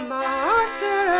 master